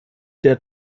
der